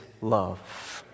love